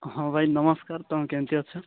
ହଁ ଭାଇ ନମସ୍କାର ତମେ କେମିତି ଅଛ